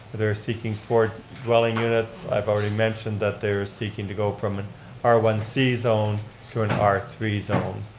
they're seeking four dwelling units. i've already mentioned that they are seeking to go from an r one c zone to an r three zone.